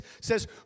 says